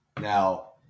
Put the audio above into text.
Now